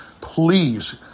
Please